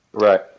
Right